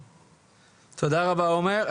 תודה רבה עומר.